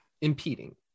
impeding